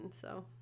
so-